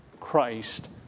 Christ